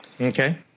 Okay